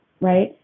right